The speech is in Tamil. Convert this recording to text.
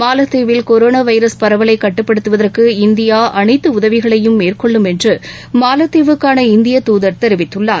மாலத்தீவில் கொரோனா வைரஸ் பரவலை கட்டுப்படுத்துவதற்கு இந்தியா அனைத்து உதவிகளையும் மேற்கொள்ளும் என்று மாலத்தீவுக்கான இந்திய தூதர் தெரிவித்துள்ளார்